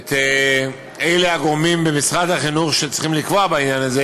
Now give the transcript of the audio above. את הגורמים במשרד החינוך שצריכים לקבוע בעניין הזה,